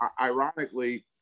Ironically